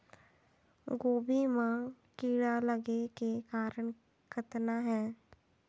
गोभी म कीड़ा लगे के कारण कतना हे?